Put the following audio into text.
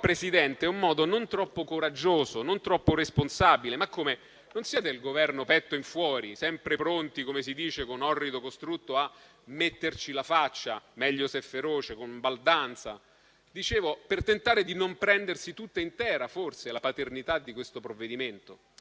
Presidente, è un atteggiamento non troppo coraggioso e non troppo responsabile. Ma come, non siete il Governo petto in fuori, sempre pronti, - come si dice con orrido costrutto - a metterci la faccia, meglio se feroce e con baldanza? Dicevo del tentativo di non prendersi tutta intera, forse, la paternità di questo provvedimento.